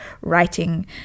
writing